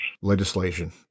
legislation